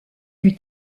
lui